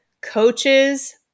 coaches